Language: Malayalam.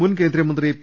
മുൻ കേന്ദ്രമന്ത്രി പി